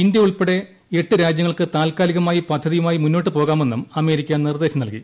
India ഉൾപ്പെടെ എട്ട് രാജ്യങ്ങൾക്ക് താൽക്കാലികമായി പദ്ധതിയുമായി മുന്നോട്ട് പോകാമെന്നും അമേരിക്ക നിർദ്ദേശം നൽകി